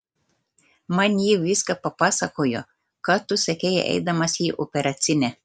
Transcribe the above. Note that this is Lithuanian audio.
man ji viską papasakojo ką tu sakei eidamas į operacinę